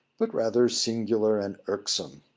but rather singular and irksome.